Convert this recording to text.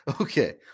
Okay